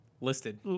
Listed